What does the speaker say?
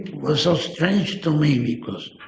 was so strange to me. because